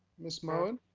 ms. moen?